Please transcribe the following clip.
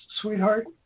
sweetheart